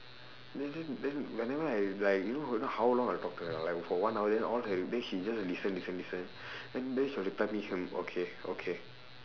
then then then whenever I like you you know how long I talk to her or not like for one hour then all her then she just listen listen listen then then she will reply me she'll okay okay